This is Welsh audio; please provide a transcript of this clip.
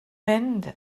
mynd